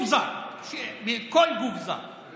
חבר הכנסת בן ברק?